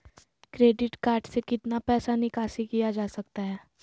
Credit card से कितना पैसा निकासी किया जा सकता है?